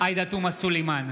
עאידה תומא סלימאן,